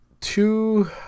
two